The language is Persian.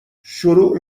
شروع